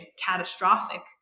catastrophic